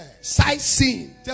sightseeing